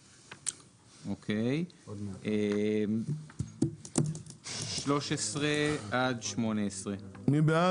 19 עד 24. מי בעד?